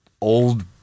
Old